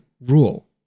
rule